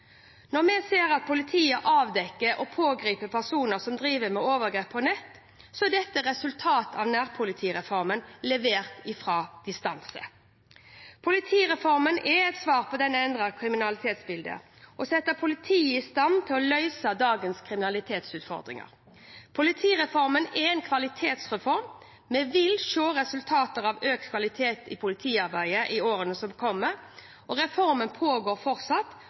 Når vi ser at politiet avdekker og pågriper personer som driver med overgrep på nett, er dette et resultat av nærpolitireformen, levert fra distanse. Politireformen er et svar på dette endrede kriminalitetsbildet – å sette politiet i stand til å løse dagens kriminalitetsutfordringer. Politireformen er en kvalitetsreform – vi vil se resultater av økt kvalitet i politiarbeidet i årene som kommer. Reformen pågår fortsatt.